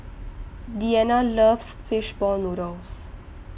Deana loves Fish Ball Noodles